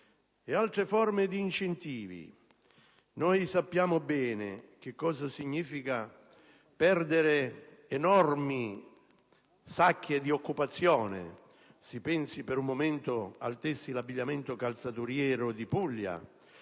ed altre forme di incentivi. Sappiamo bene che cosa significa perdere enormi sacche di occupazione: si pensi per un momento al settore tessile, abbigliamento e calzaturiero in Puglia,